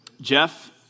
Jeff